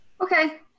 Okay